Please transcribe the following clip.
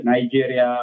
Nigeria